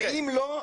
אם לא,